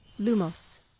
Lumos